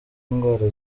indwara